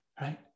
Right